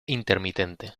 intermitente